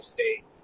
State